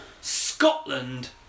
Scotland